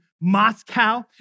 Moscow